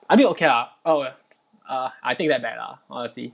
I think okay lah I'll err I take that back lah honestly